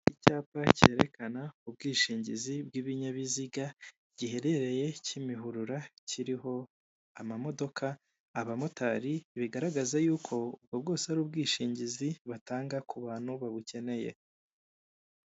Icyapa cyerekana ubwishingizi bw'ibinyabiziga giherereye Kmihurura kiriho amamodoka, abamotari bigaragaza yuko ubwo bwose ari ubwishingizi batanga ku bantu babukeneye.